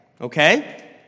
okay